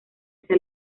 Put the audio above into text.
hacia